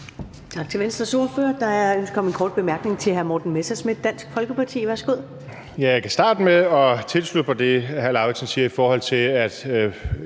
Tak til Venstres ordfører. Der er ønske om en kort bemærkning til hr. Morten Messerschmidt, Dansk Folkeparti. Værsgo.